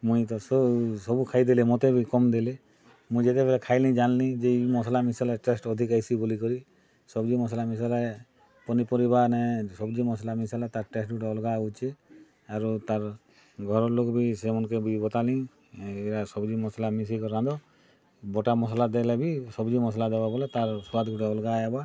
ମୁଇଁ ତ ସବୁ ଖାଇଦେଲେ ମତେ ବି କମ୍ ଦେଲେ ମୁଇଁ ଯେତେବେଲେ ଖାଏଲି ଯାନ୍ଲି ଯେ ଇ ମସ୍ଲା ମିଶାଲେ ଟେଷ୍ଟ୍ ଅଧିକା ଆଇସି ବୋଲିକରି ସବ୍ଜି ମସ୍ଲା ମିଶାଲେ ପନିପରିବାନେ ସବ୍ଜି ମସ୍ଲା ମିଶାଲେ ତା'ର ଟେଷ୍ଟ୍ ଗୁଟେ ଅଲ୍ଗା ଆଉଛେ ଆରୁ ତା'ର୍ ଘରର୍ ଲୋକ୍ ବି ସେମାନ୍ଙ୍କେ ବି ବତାଲି ଇ'ଟା ସବ୍ଜି ମସ୍ଲା ମିଶେଇ କରି ରାନ୍ଧ ବଟା ମସ୍ଲା ଦେଲେ ବି ସବ୍ଜି ମସ୍ଲା ଦେବ ବେଲେ ତା'ର୍ ସ୍ୱାଦ୍ ଗୁଟେ ଅଲ୍ଗା ଆଏବା